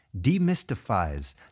demystifies